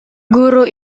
guru